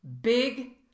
big